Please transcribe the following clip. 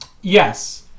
Yes